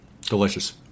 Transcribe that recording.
Delicious